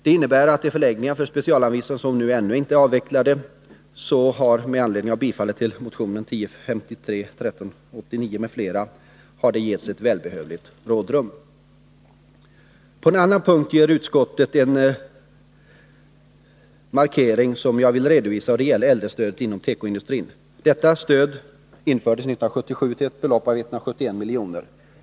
Ett bifall till motionerna 1053, 1431 och 1839 innebär därför ett välbehövligt rådrum beträffande de förläggningar för specialanvisade som ännu inte är avvecklade. På en annan punkt gör utskottet en markering som jag vill redovisa. Det gäller äldrestödet inom tekoindustrin. Detta stöd infördes 1977 till ett belopp av 171 milj.kr.